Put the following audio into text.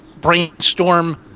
brainstorm